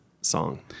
song